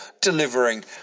delivering